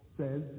Says